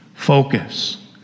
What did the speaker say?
Focus